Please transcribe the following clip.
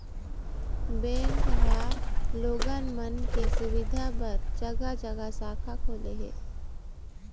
bank ह लोगन मन के सुबिधा बर जघा जघा शाखा खोले हे